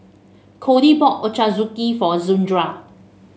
Codi bought Ochazuke for Zandra